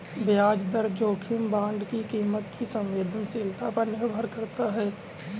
ब्याज दर जोखिम बांड की कीमत की संवेदनशीलता पर निर्भर करता है